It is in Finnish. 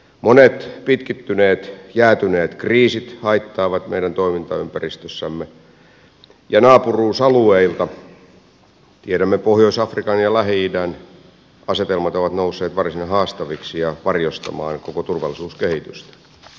monet pitkittyneet jäätyneet kriisit haittaavat meidän toimintaympäristössämme ja naapuruusalueilta tiedämme pohjois afrikan ja lähi idän asetelmat ovat nousseet varsin haastaviksi ja varjostamaan koko turvallisuuskehitystä